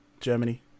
Germany